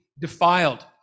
defiled